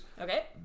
okay